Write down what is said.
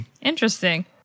Interesting